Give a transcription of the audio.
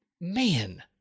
man